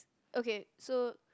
okay so